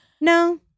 no